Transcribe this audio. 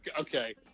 Okay